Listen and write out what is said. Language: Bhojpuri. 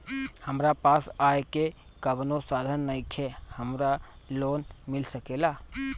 हमरा पास आय के कवनो साधन नईखे हमरा लोन मिल सकेला?